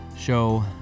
show